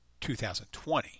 2020